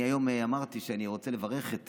היום אמרתי שאני רוצה לברך את